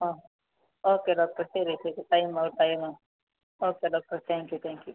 ആ okay doctor ശരി ശരി ടൈമോ time okay doctor thank you thank U